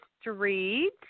Street